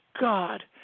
God